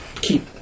keep